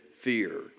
fear